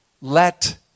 Let